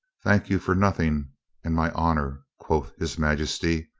thank you for nothing and my honor quoth his majesty.